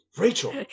Rachel